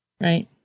Right